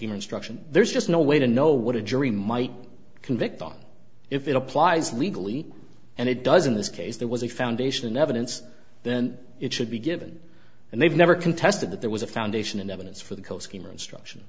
instruction there's just no way to know what a jury might convict on if it applies legally and it doesn't this case there was a foundation in evidence then it should be given and they've never contested that there was a foundation in evidence for the